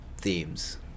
themes